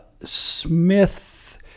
Smith